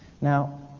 Now